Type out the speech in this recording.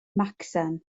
macsen